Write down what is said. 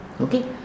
okay